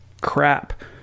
crap